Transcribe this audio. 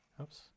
Oops